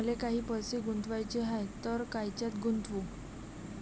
मले काही पैसे गुंतवाचे हाय तर कायच्यात गुंतवू?